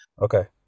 Okay